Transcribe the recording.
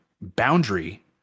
boundary